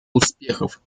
успехов